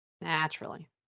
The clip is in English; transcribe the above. Naturally